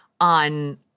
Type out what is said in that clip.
on